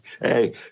Hey